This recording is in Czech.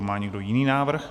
Má někdo jiný návrh?